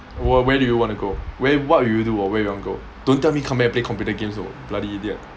wh~ where do you want to go where what will you do or where you wanna go don't tell me come back and play computer games though bloody idiot